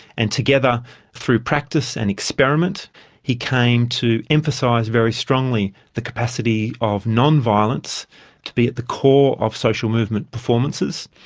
and together through practice and experiment he came to emphasise very strongly the capacity of nonviolence to be at the core of social movement performances,